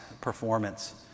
performance